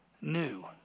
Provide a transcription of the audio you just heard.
new